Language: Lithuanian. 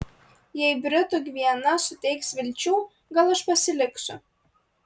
jei britų gviana suteiks vilčių gal aš pasiliksiu